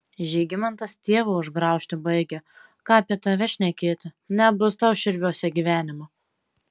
žygimantas tėvą užgraužti baigia ką apie tave šnekėti nebus tau širviuose gyvenimo